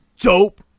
dope